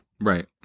Right